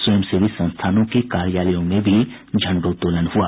स्वयंसेवी संस्थानों के कार्यालयों में भी झंडोत्तोलन हुआ